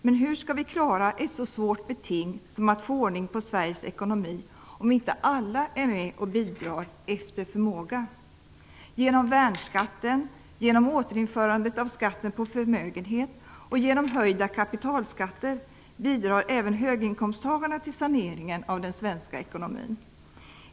Men hur skall vi klara av en så svår uppgift som att få ordning på Sveriges ekonomi om inte alla bidrar efter förmåga? Genom värnskatten, genom återinförandet av skatten på förmögenhet och genom höjda kapitalskatter bidrar även höginkomsttagarna till saneringen av den svenska ekonomin.